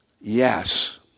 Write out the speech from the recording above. yes